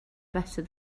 better